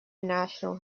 national